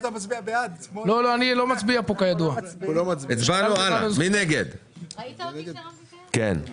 אחמד, תצביע בעד כסף להתיישבות ביהודה ושומרון.